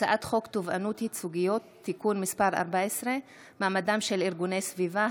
הצעת חוק תובענות ייצוגיות (תיקון מס' 14) (מעמדם של ארגוני סביבה),